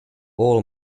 all